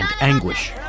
anguish